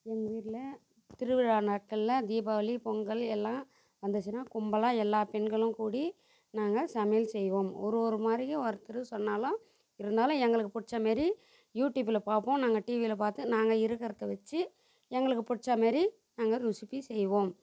எங்கள் ஊரில் திருவிழா நாட்களில் தீபாவளி பொங்கல் எல்லாம் வந்துச்சுன்னா கும்பலாக எல்லா பெண்களும் கூடி நாங்கள் சமையல் செய்வோம் ஒரு ஒருமாதிரியும் ஒருத்தர் சொன்னாலும் இருந்தாலும் எங்களுக்கு பிடிச்சமேரி யூடியூப்பில் பார்ப்போம் நாங்கள் டிவியில பார்த்து நாங்கள் இருக்கறத்தை வச்சு எங்களுக்கு பிடிச்சமேரி நாங்கள் ரிசிப்பி செய்வோம்